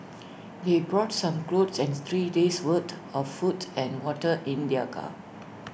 they brought some clothes and three days' worth of food and water in their car